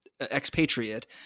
expatriate